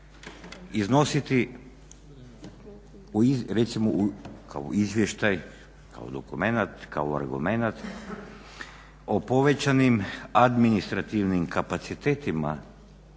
iznositi recimo kao izvještaj, kao dokumenat, kao argumenat o povećanim administrativnim kapacitetima